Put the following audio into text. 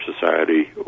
Society